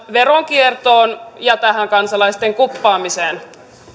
veronkiertoon ja tähän kansalaisten kuppaamiseen